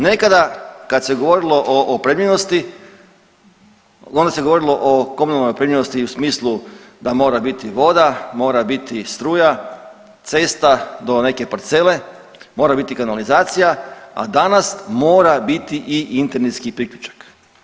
Nekada kad se govorilo o opremljenosti onda se govorilo o komunalnoj opremljenosti u smislu da mora biti voda, mora biti struja, cesta do neke parcele, mora biti kanalizacija, a danas mora biti i internetski priključak.